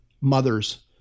mothers